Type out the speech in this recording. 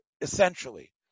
essentially